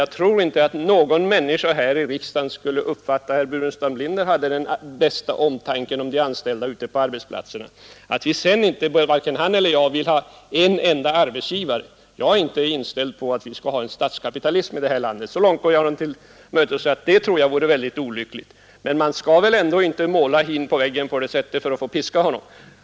Jag tror inte att någon människa här i riksdagen skulle uppfatta det som om herr Burenstam Linder hade den bästa omtanken om de anställda ute på arbetsplatserna. Varken han eller jag vill ha en enda arbetsgivare ute på arbetsplatserna. Jag är inte inställd på att vi i landet skall få en statskapitalism. Så långt går jag herr Burenstam Linder till mötes att jag kan säga att det vore mycket olyckligt. Men man skall väl inte måla hin på väggen för därigenom få möjlighet att piska honom.